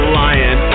lion